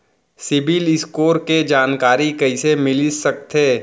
CIBIL score के जानकारी कइसे मिलिस सकथे?